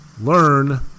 learn